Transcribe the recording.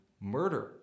murder